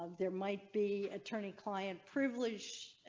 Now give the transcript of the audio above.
there might be attorney client privilege.